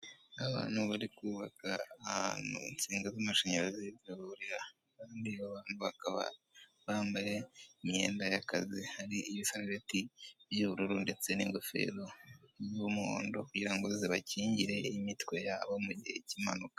Abantu bari kubaka ahantu insinga z'amashanyarazi zihurira, kandi abo bantu bakaba bambaye imyenda y'akazi, hari ibisarubeti by'ubururu ndetse n'ingofero z'umuhondo, kugira ngo zibakingire imitwe yabo mu gihe cy'impanuka.